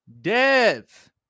Dev